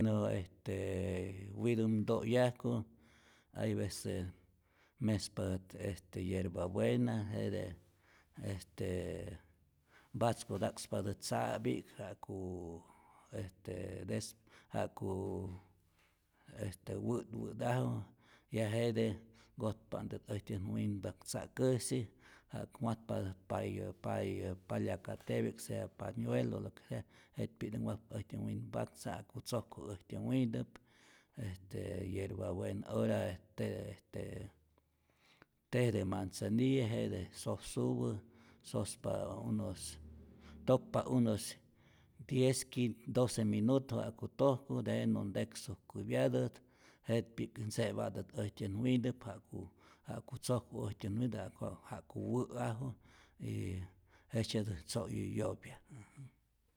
Bueno este witäm to'yajku hay vece mespatät este yerva buena, jete este mpatzkuta'kspatät tza'pi'k ja'ku este des ja'ku este wä'twä'taju, ya jete nkotpa'ntät äjtyät winpaktza'käsi ja'ku watpatät payu payu paliacatepi'k, sea panuelo lo que sea jetpi'ktä watpa äjtyä winpaktza' ja'ku tzojku äjtyä wintäp, este yerva buena, ora este este te de manzanilla jete sosupä', sospatä unos tokpa unos diez quin doce minuto ja'ku tojku, tejenä nteksujkupyatät, jetpi'k ntze'patät äjtyän wintäp ja'ku ja'ku tzojku äjtyän wintäp ja'ku wä'aju y jejtzyetät tzo'yäyo'pya.